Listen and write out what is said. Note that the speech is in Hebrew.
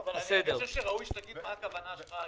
אבל אני חושב שראוי שתגיד מה הכוונה שלך.